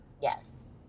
Yes